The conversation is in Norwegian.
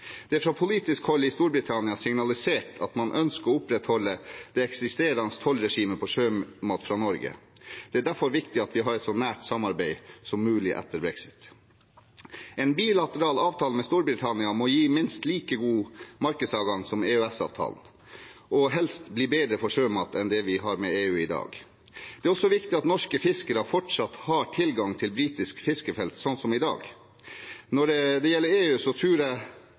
Det er fra politisk hold i Storbritannia signalisert at man ønsker å opprettholde det eksisterende tollregimet på sjømat fra Norge. Det er derfor viktig at vi har et så nært samarbeid som mulig etter brexit. En bilateral avtale med Storbritannia må gi minst like god markedsadgang som EØS-avtalen og helst bli bedre for sjømat enn det vi har med EU i dag. Det er også viktig at norske fiskere fortsatt har tilgang til britiske fiskefelt slik som i dag. Når det gjelder EU, tror jeg